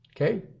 Okay